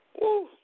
Woo